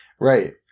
Right